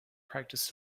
practice